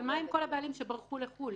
מה עם כל הבעלים שברחו לחו"ל?